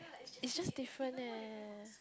it's just different eh